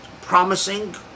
promising